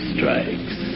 Strikes